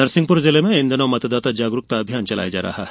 नरसिहपुर जिले में इन दिनों मतदाता जागरूकता अभियान चलाया जा रहा है